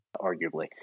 arguably